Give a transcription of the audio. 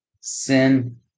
Sin